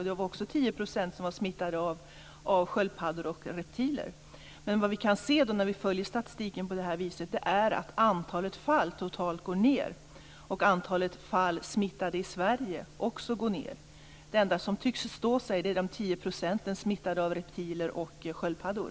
Av dem hade 10 % blivit smittade av sköldpaddor och reptiler. Men vad vi kan se när vi följer statistiken på detta sätt är att det totala antalet fall minskar och att antalet personer som blivit smittade i Sverige också minskar. Det enda som tycks stå sig är de 10 % som blir smittade av reptiler och sköldpaddor.